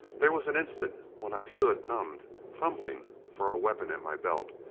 there was an instant when i stood numbed, fumbling for a weapon at my belt,